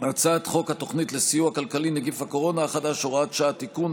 הצעת חוק התוכנית לסיוע כלכלי (נגיף הקורונה החדש) (הוראת שעה) (תיקון),